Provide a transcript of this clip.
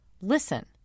Listen